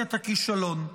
קואליציית הכישלון.